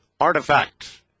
artifact